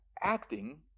acting